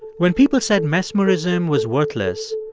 when people said mesmerism was worthless,